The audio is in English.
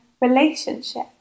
relationship